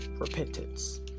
repentance